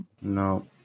no